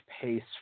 pace